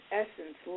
essence